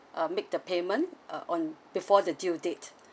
um make the payment uh on before the due date